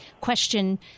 question